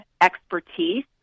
expertise